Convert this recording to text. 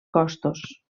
costos